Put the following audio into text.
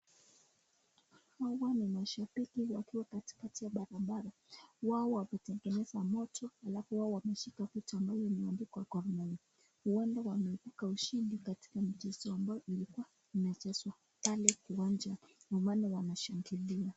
Hawa ni mashabiki wakiwa katikati ya barabara , wao wakoyengeneza moto, alafu wao qameshika vitu ambayo imeadikwa Gormahia ,wao wameibuka ushindi katika mchezo iliyokuwa ikichezwa pale uwanjani wanashangilia.